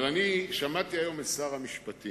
אבל אני שמעתי היום את שר המשפטים,